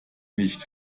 nicht